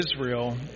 Israel